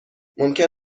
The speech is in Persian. ممکن